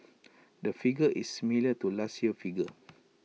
the figure is similar to last year's figure